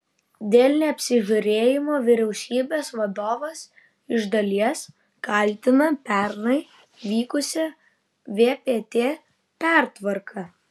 dėl neapsižiūrėjimo vyriausybės vadovas iš dalies kaltina pernai vykusią vpt pertvarką